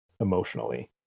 emotionally